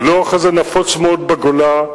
הלוח הזה נפוץ מאוד בגולה,